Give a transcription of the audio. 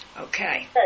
okay